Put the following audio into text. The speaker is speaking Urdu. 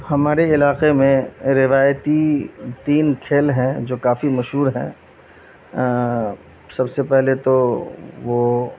ہمارے علاقے میں روایتی تین کھیل ہیں جو کافی مشہور ہیں سب سے پہلے تو وہ